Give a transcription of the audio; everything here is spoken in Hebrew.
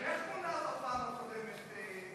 איך מונה בפעם הקודמת,